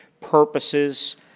purposes